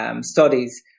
studies